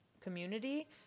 community